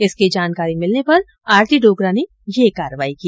इसकी जानकारी मिलने पर आरती डोगरा ने ये कार्रवाई की